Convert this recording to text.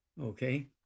okay